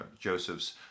Joseph's